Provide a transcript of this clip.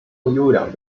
优良